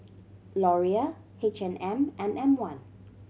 Laurier H and M and M One